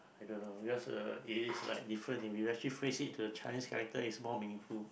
I don't know because uh it is like different if you actually phrase it to the Chinese character it's more meaningful